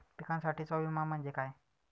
पिकांसाठीचा विमा म्हणजे काय?